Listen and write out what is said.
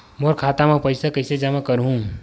मोर खाता म पईसा कइसे जमा करहु?